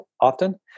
often